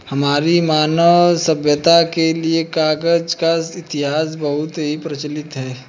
हमारी मानव सभ्यता के लिए कागज का इतिहास बहुत ही प्राचीन है